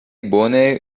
bone